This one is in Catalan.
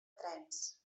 trens